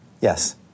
Yes